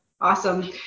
awesome